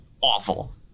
awful